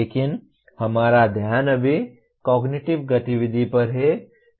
लेकिन हमारा ध्यान अभी कॉग्निटिव गतिविधि पर है